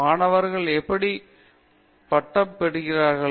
மாணவர்கள் எப்படி பட்டம் பெற்றிருக்கிறார்கள்